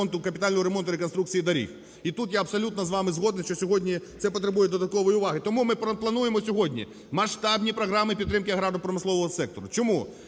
капітального ремонту, і реконструкції доріг. І тут я абсолютно з вами згоден, що сьогодні це потребує додаткової уваги. Тому ми плануємо сьогодні масштабні програми підтримки аграрно-промислового сектору. Чому?